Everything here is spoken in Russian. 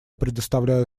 предоставляю